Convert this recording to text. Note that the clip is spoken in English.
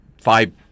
five